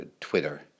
Twitter